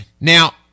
Now